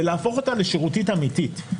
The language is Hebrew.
ולהפוך אותה לשירותית אמיתית.